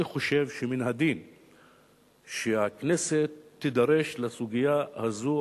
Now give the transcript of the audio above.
אני חושב שמן הדין שהכנסת תידרש לסוגיה הזאת,